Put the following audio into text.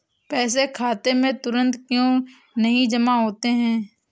पैसे खाते में तुरंत क्यो नहीं जमा होते हैं?